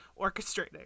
orchestrating